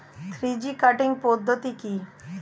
Three G cutting পদ্ধতি কি?